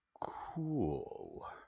cool